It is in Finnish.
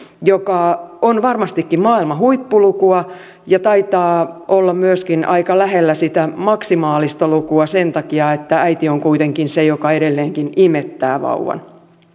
mikä on varmastikin maailman huippuluku ja taitaa olla myöskin aika lähellä sitä maksimaalista lukua sen takia että äiti on kuitenkin se joka edelleenkin imettää vauvan